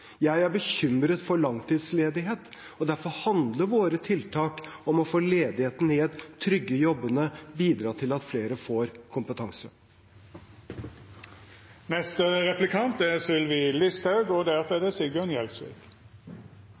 bekymret for langtidsledighet. Derfor handler våre tiltak om å få ledigheten ned, trygge jobbene og bidra til at flere får kompetanse. Før jul spratt representanten Trygve Slagsvold Vedum og